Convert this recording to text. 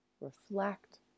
reflect